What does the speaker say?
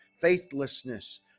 faithlessness